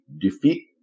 defeat